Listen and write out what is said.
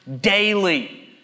daily